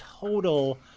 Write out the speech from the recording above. total